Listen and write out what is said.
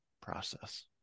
process